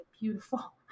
beautiful